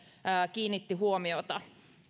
kiinnitti huomiota